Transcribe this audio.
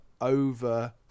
over